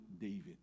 David